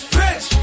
rich